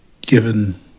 given